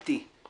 איתי //